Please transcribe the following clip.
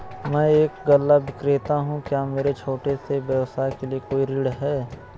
मैं एक गल्ला विक्रेता हूँ क्या मेरे छोटे से व्यवसाय के लिए कोई ऋण है?